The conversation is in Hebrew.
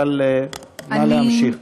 נא להמשיך.